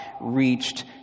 reached